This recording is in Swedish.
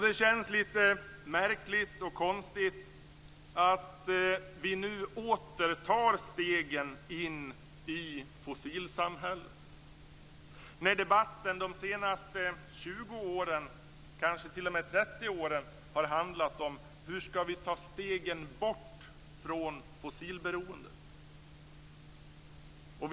Det känns lite märkligt och konstigt att vi nu åter tar stegen in i fossilsamhället, när debatten de senaste 20 åren - kanske t.o.m. de senaste 30 åren - har handlat om hur vi ska ta stegen bort från fossilberoendet.